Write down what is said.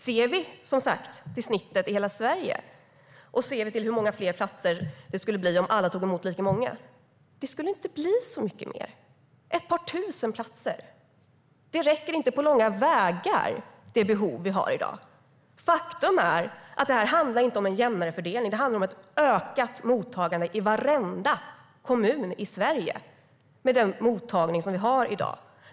Om vi, som sagt, ser till snittet i hela Sverige och ser till hur många platser det skulle bli om alla tog emot lika många skulle det inte bli så mycket mer - ett par tusen platser. Det räcker inte på långa vägar för det behov vi har i dag. Faktum är att detta inte handlar om en jämnare fördelning; det handlar om ett ökat mottagande i varenda kommun i Sverige med den mottagning som vi har i dag.